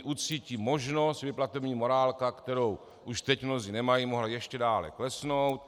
Ucítí možnost, že platební morálka, kterou už teď mnozí nemají, může ještě dále klesnout.